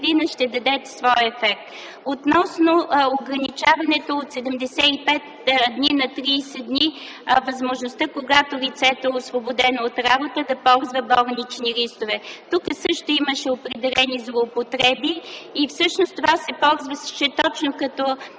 ще даде своя ефект. Относно ограничаването от 75 дни на 30 дни – възможността, когато лицето е освободено от работа да ползва болнични листове. Тука имаше определени злоупотреби и това се ползваше точно като